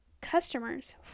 customers